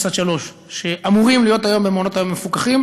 עד שלוש שאמורים להיות היום במעונות-היום המפוקחים,